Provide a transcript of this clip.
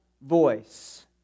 voice